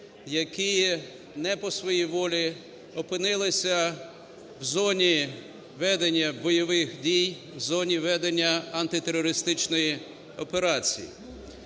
які не по своїй волі опинилися в зоні ведення бойових дій, в зоні ведення антитерористичної операції.